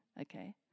Okay